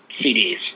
CDs